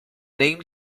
name